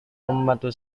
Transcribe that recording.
membantu